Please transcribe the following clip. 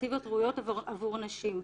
אלטרנטיבות ראויות עבור נשים.